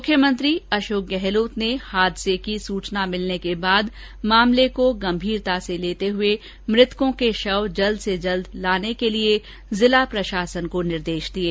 मुख्यमंत्री अशोक गहलोत ने हादसे की सूचना के बाद मामले को गंभीरता से लेते हुए मृतकों के शव जल्द से जल्द लाने के लिए जिला प्रशासन को निर्देश दिये